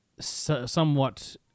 somewhat